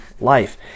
life